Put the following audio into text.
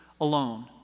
alone